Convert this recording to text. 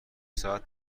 ساعت